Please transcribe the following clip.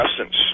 essence